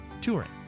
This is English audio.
touring